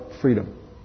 freedom